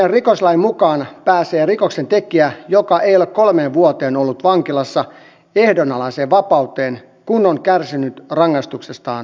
nykyisen rikoslain mukaan rikoksentekijä joka ei ole kolmeen vuoteen ollut vankilassa pääsee ehdonalaiseen vapauteen kun on kärsinyt rangaistuksestaan puolet